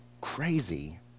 crazy